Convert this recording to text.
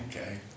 Okay